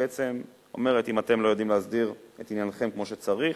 בעצם אומרת: אם אתם לא יודעים להסדיר את עניינכם כמו שצריך,